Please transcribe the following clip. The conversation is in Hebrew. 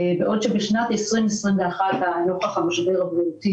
בעוד שבשנת 2021 נוכח המשבר הבריאותי